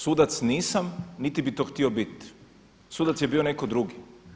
Sudac nisam niti bi to htio biti, sudac je bio netko drugi.